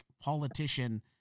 politician